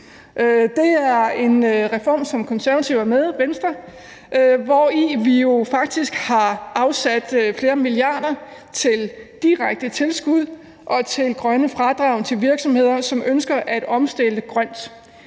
Det er en reform, som Det Konservative og Venstre er med i, hvori vi jo faktisk har afsat flere milliarder kroner til direkte tilskud og til grønne fradrag til virksomheder, som ønsker at omstille grønt.